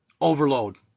Overload